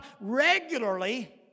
regularly